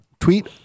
tweet